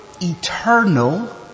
eternal